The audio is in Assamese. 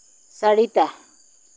চাৰিটা